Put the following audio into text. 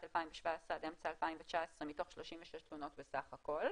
2017 עד אמצע 2019 מתוך 36 תלונות בסך הכול,